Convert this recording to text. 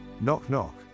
Knock-knock